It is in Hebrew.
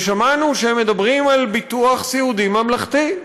ושמענו שהם מדברים על ביטוח סיעודי ממלכתי.